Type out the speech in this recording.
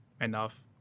enough